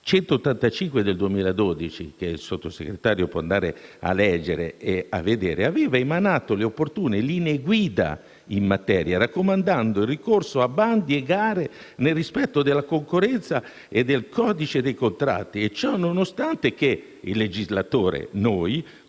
185 del 2012, che la Sottosegretaria può consultare, l’Autorità aveva emanato le opportune linee guida in materia, raccomandando il ricorso a bandi e gare nel rispetto della concorrenza e del codice dei contratti e ciò nonostante il legislatore, con